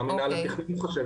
מה מנהל התכנון חושב.